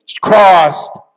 crossed